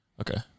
Okay